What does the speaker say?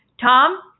Tom